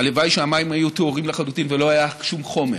הלוואי שהמים היו טהורים לחלוטין ולא היה שום חומר,